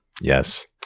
Yes